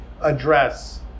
address